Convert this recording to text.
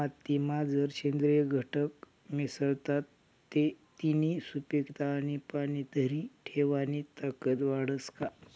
मातीमा जर सेंद्रिय घटक मिसळतात ते तिनी सुपीकता आणि पाणी धरी ठेवानी ताकद वाढस का?